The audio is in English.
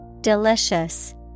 Delicious